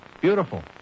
Beautiful